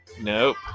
Nope